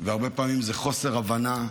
והרבה פעמים זה חוסר הבנה,